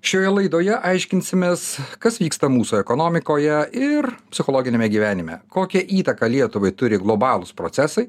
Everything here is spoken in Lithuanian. šioje laidoje aiškinsimės kas vyksta mūsų ekonomikoje ir psichologiniame gyvenime kokią įtaką lietuvai turi globalūs procesai